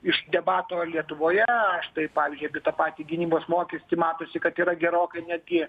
iš debato lietuvoje štai pavyzdžiui apie tą patį gynybos mokestį matosi kad yra gerokai netgi